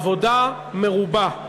עבודה מרובה.